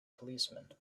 policeman